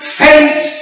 face